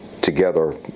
together